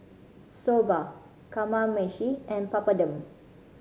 Soba Kamameshi and Papadum